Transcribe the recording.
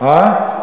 אין צורך.